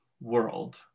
world